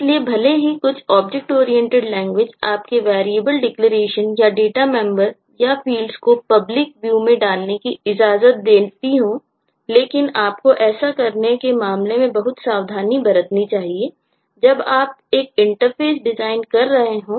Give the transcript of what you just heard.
इसलिए भले ही कुछ ऑब्जेक्ट ओरिएंटेड लैंग्वेज कर रहे हों